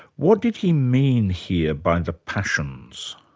what did he mean here by the passions?